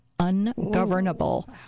ungovernable